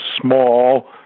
small